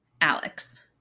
Alex